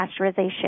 pasteurization